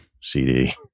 cd